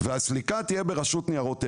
והסליקה תהיה ברשות ניירות ערך.